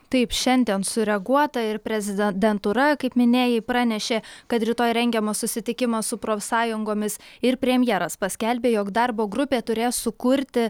taip šiandien sureaguota ir prezidentūra kaip minėjai pranešė kad rytoj rengiamas susitikimas su profsąjungomis ir premjeras paskelbė jog darbo grupė turės sukurti